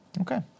Okay